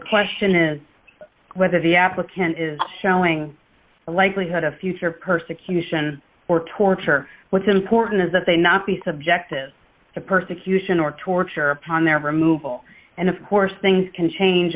question is whether the applicant is showing a likelihood of future persecution or torture what's important is that they not be subjective to persecution or torture upon their removal and of course things can change